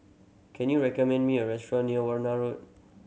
can you recommend me a restaurant near Warna Road